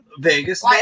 Vegas